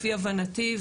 לפי הבנתי,